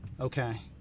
Okay